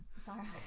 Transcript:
Sorry